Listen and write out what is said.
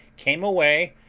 came away,